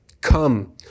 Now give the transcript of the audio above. Come